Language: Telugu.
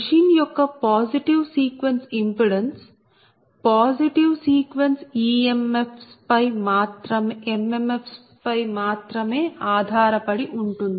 మెషిన్ యొక్క positive sequence impedance positive sequence MMFs mmf's పై మాత్రమే ఆధారపడి ఉంటుంది